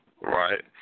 Right